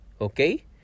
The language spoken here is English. Okay